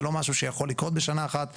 זה לא משהו שיכול לקרות בשנה אחת.